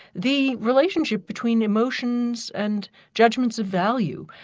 the relationship between emotions and judgments of value,